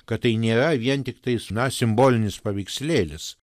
kad tai nėra vien tiktais na simbolinis paveikslėlis